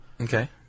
Okay